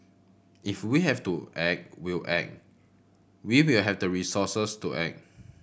if we have to act we'll act we will have the resources to act